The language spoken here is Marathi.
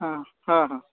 हां हां हां